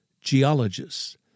geologists